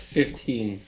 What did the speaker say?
fifteen